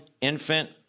infant